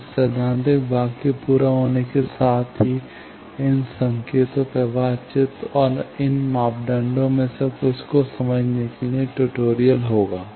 तो इस सैद्धांतिक भाग के पूरा होने के साथ ही इन संकेतों प्रवाह चित्र और इन मापदंडों में से कुछ को समझने के लिए ट्यूटोरियल होगा